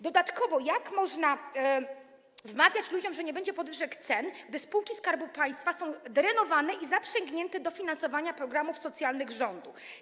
Dodatkowo jak można wmawiać ludziom, że nie będzie podwyżek cen, gdy spółki Skarbu Państwa są drenowane i zaprzęgnięte do finansowania programów socjalnych rządu?